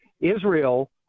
Israel